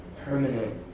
permanent